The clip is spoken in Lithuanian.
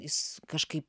jis kažkaip